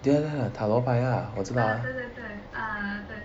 ya ya ya 塔罗牌 ya 我知道 ah